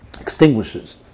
extinguishes